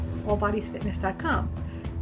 allbodiesfitness.com